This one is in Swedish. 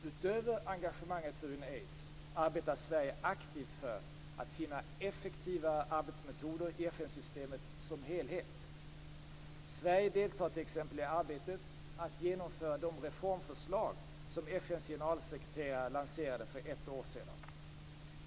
Utöver engagemanget för Unaids arbetar Sverige aktivt för att finna effektivare arbetsmetoder i FN-systemet som helhet. Sverige deltar t.ex. i arbetet att genomföra de reformförslag som FN:s generalsekreterare lanserade för ett år sedan.